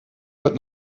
wird